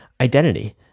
identity